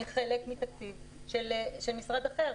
אני חלק מתקציב של משרד אחר.